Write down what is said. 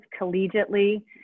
collegiately